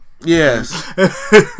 Yes